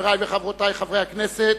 חברי וחברותי חברי הכנסת,